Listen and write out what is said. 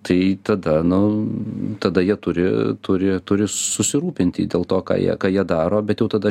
tai tada nu tada jie turi turi turi susirūpinti dėl to ką jie ką jie daro bet jau tada